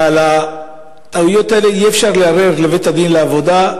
ועל הטעויות האלה אי-אפשר לערער לבית-הדין לעבודה,